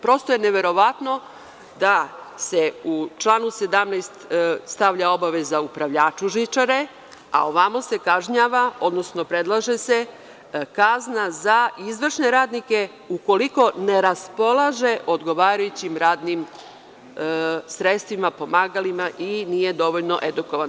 Prosto je neverovatno da se u članu 17. stavlja obaveza upravljaču žičare, a ovamo se kažnjava, odnosno predlaže se kazna za izvršne radnike ukoliko ne raspolaže odgovarajućim radnim sredstvima, pomagalima i nije dovoljno edukovan.